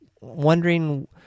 wondering